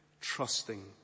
trusting